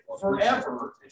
forever